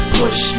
push